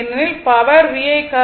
ஏனெனில் power VI cos θ ஆகும்